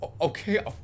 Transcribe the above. Okay